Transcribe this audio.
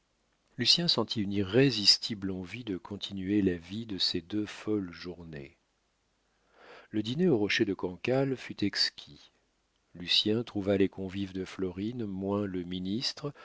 faciles lucien sentit une irrésistible envie de continuer la vie de ces deux folles journées le dîner au rocher de cancale fut exquis lucien trouva les convives de florine moins le ministre